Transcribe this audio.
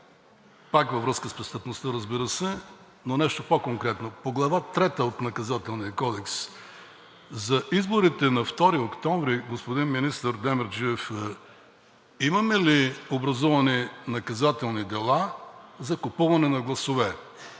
пак във връзка с престъпността, разбира се, но нещо по-конкретно по Глава трета от Наказателния кодекс. За изборите на 2 октомври 2022 г., господин министър Демерджиев, имаме ли образувани наказателни дела за купуване на гласове